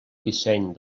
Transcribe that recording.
disseny